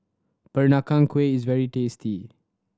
Peranakan Kueh is very tasty